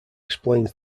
explains